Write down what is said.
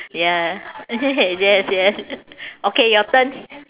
ya yes yes okay your turn